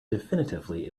definitively